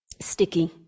sticky